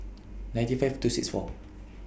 ninety five two six four